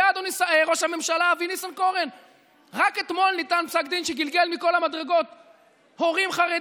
וכל המערכת שאתה עומד בראש היום התגייסה מכף רגל ועד